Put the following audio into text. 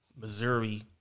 Missouri